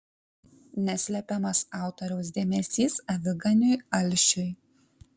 neslepiamas autoriaus dėmesys aviganiui alšiui